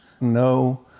no